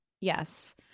Yes